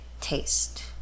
taste